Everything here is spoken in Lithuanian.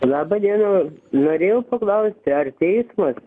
laba diena norėjau paklausti ar teismas